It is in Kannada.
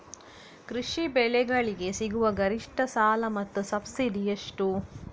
ಕೃಷಿ ಬೆಳೆಗಳಿಗೆ ಸಿಗುವ ಗರಿಷ್ಟ ಸಾಲ ಮತ್ತು ಸಬ್ಸಿಡಿ ಎಷ್ಟು?